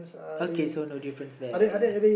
okay so no difference there